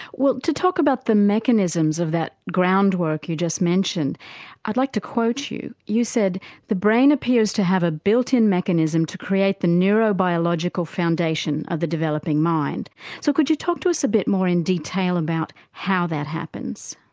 well to talk about the mechanisms of that ground work you just mentioned i'd like to quote you, you said the brain appears to have a built in mechanism to create the neurobiological foundation of the developing mind so could you talk to us a bit more in detail about how that happens.